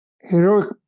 heroic